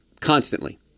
constantly